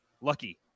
Lucky